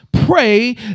Pray